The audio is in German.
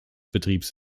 betriebs